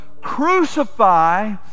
crucify